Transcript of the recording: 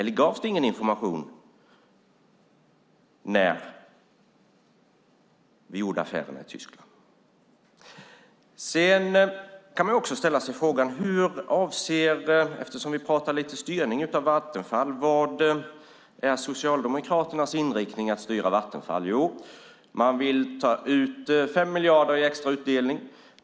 Eller gavs det ingen information när ni gjorde affärerna i Tyskland? Sedan kan man ställa sig frågan, eftersom vi pratar om styrning av Vattenfall: Vilken är Socialdemokraternas inriktning i fråga om att styra Vattenfall? Jo, man vill ta ut 5 miljarder i extra utdelning.